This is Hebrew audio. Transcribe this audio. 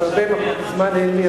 אז הרבה זמן אין לי,